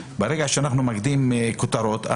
ברגע שאנחנו ממקדים כותרות,